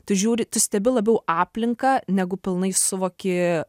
tu žiūri tu stebi labiau aplinką negu pilnai suvoki